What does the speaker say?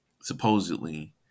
supposedly